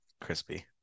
crispy